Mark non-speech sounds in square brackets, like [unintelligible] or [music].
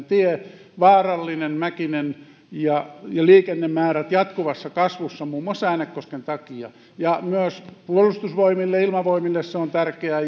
[unintelligible] tie vaarallinen mäkinen ja liikennemäärät jatkuvassa kasvussa muun muassa äänekosken takia myös puolustusvoimille ja ilmavoimille se on tärkeä [unintelligible]